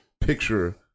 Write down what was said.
picture